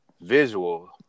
visual